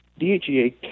DHEA